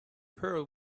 pearl